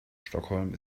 stockholm